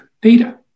data